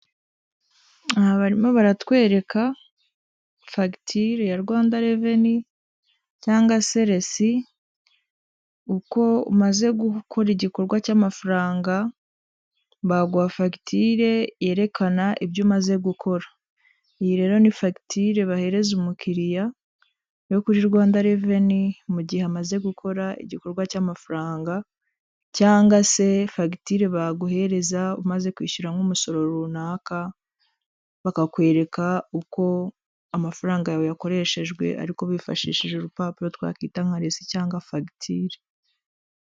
Aha barimo baratwereka fagitire ya Rwanda revenu cyangwa se resi uko umaze gukora igikorwa cy'amafaranga baguha fagitire yerekana ibyo umaze gukora. Iyi rero ni fagitire bahereza umukiriya yo kuri Rwanda reveni mu gihe amaze gukora igikorwa cy'amafaranga cyangwa se fagitire baguhereza umaze kwishyura nk'umusoro runaka, bakakwereka uko amafaranga yawe yakoreshejwe ariko bifashishije urupapuro twakwita nka resi cyangwa fagitire.